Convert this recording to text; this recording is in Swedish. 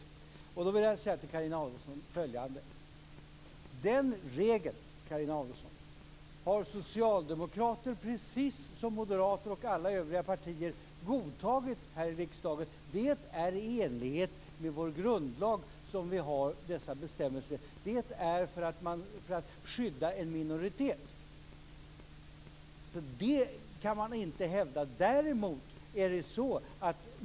Jag vill då säga följande till Carina Adolfsson. Den regeln har socialdemokrater, precis som moderater och ledamöter från alla övriga partier, godtagit här i riksdagen. Vi har dessa regler i vår grundlag för att skydda en minoritet.